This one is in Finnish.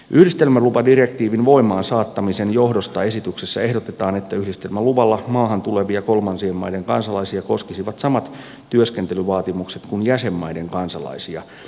yhdistelmälupadirektiivin voimaan saattamisen johdosta esityksessä ehdotetaan että yhdistelmäluvalla maahan tulevia kolmansien maiden kansalaisia koskisivat samat työskentelyvaatimukset kuin jäsenmaiden kansalaisia